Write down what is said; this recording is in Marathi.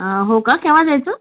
हो का केव्हा जायचा